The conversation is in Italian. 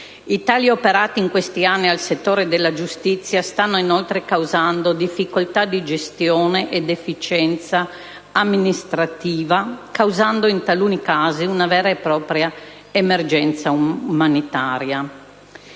I tagli operati in questi anni al settore della giustizia stanno inoltre causando difficoltà di gestione e di efficienza amministrativa in tutti gli istituti penitenziari, causando in taluni casi una vera e propria "emergenza umanitaria".